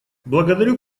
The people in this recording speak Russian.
благодарю